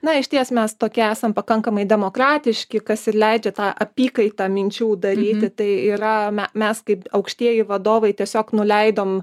na išties mes tokie esam pakankamai demokratiški kas ir leidžia tą apykaitą minčių daryti tai yra me mes kaip aukštieji vadovai tiesiog nuleidom